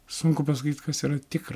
sunku pasakyt kas yra tikra